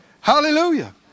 Hallelujah